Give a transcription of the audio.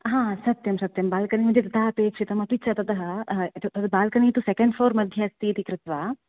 हा सत्यं सत्यं बाल्कनि मध्ये तथा अपेक्षितम् अपि च ततः बाल्कनि तु सेकेण्ड् फ्लोर् मध्ये अस्ति इति कृत्वा